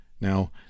Now